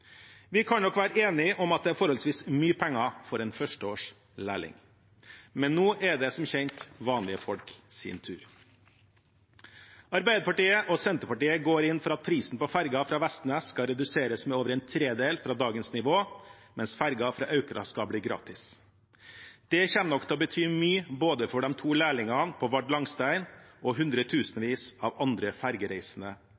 Vi kan nok være enige om at det er forholdsvis mye penger for en første års lærling, men nå er det som kjent vanlige folk sin tur. Arbeiderpartiet og Senterpartiet går inn for at prisen på fergen fra Vestnes skal reduseres med over en tredel fra dagens nivå, mens fergen fra Aukra skal bli gratis. Det kommer nok til å bety mye, både for de to lærlingene på Vard Langsten og